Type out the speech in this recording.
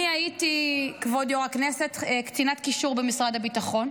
אני הייתי קצינת קישור במשרד הביטחון,